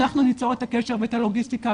אנחנו ניצור את הקשר ואת הלוגיסטיקה,